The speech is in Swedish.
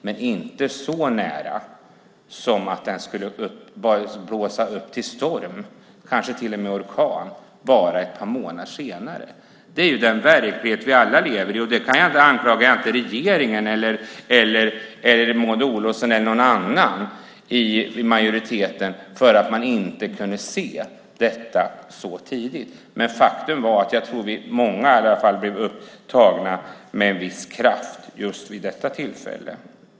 Men vi trodde inte att det var så nära att det skulle blåsa upp storm, och kanske till och med orkan, bara ett par månader senare. Det är den verklighet vi alla lever i. Jag anklagar inte regeringen, Maud Olofsson eller någon annan i majoriteten för att man inte kunde se det så tidigt. Men faktum är att många blev tagna med en viss kraft vid just detta tillfälle.